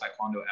taekwondo